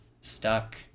stuck